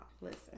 Listen